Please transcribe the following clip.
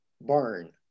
barn